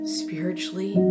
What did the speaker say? spiritually